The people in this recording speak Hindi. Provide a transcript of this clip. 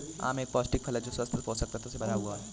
आम एक पौष्टिक फल है जो स्वस्थ पोषक तत्वों से भरा हुआ है